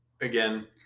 Again